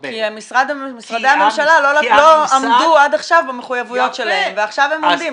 כי משרדי הממשלה לא עמדו עד עכשיו במחויבויות שלהם ועכשיו הם עומדים,